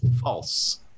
false